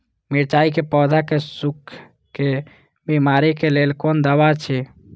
मिरचाई के पौधा के सुखक बिमारी के लेल कोन दवा अछि?